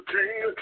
King